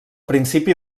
principi